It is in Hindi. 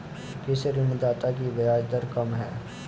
किस ऋणदाता की ब्याज दर कम है?